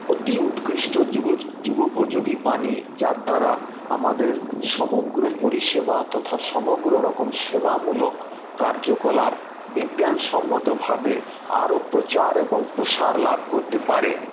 অতি উৎকৃষ্ট যুগোপযোগী বাণী যার দ্বারা আমাদের সমগ্র পরিষেবা তথা সমগ্ররকম সেবামূলক কার্যকলাপ বিজ্ঞানসম্মতভাবে আরো প্রচার এবং প্রসার লাভ করতে পারে